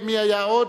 מי היה עוד?